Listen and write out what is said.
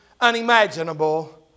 unimaginable